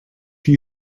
you